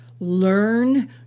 learn